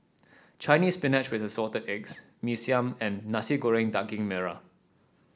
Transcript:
Chinese Spinach with Assorted Eggs Mee Siam and Nasi Goreng Daging Merah